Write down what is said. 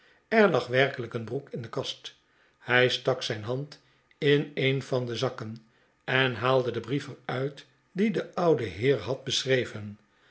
er lag werkelijk een broek in de kast hij stak zijn hand in een van de zakkenen haalde den brief er uit dien de oude heer had beschreven